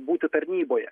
būti tarnyboje